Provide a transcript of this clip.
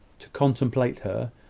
to contemplate her,